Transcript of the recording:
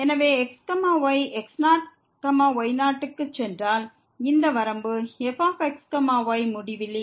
எனவே x y x0 y0 க்கு சென்றால் இந்த வரம்பு fx y முடிவிலி